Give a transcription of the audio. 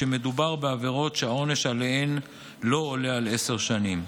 כשמדובר בעבירות שהעונש עליהן לא עולה על עשר שנים.